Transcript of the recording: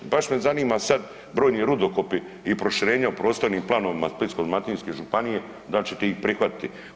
Baš me zanima sad brojni rudokopi i proširenja u prostornim planovima Splitsko-dalmatinske županije da li ćete ih prihvatiti?